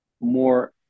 more